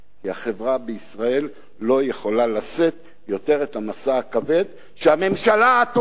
כי החברה בישראל לא יכולה לשאת יותר את המשא הכבד שהממשלה האטומה,